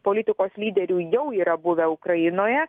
politikos lyderių jau yra buvę ukrainoje